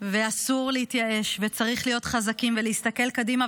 ואסור להתייאש וצריך להיות חזקים ולהסתכל קדימה,